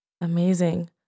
Amazing